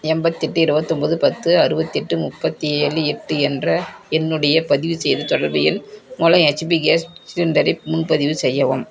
எண்பத்தெட்டு இருபத்தொம்போது பத்து அறுபத்தெட்டு முப்பத்தி ஏழு எட்டு என்ற என்னுடைய பதிவுசெய்த தொடர்பு எண் மூலம் ஹெச்பி கேஸ் சிலிண்டரை முன்பதிவு செய்யவும்